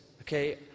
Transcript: okay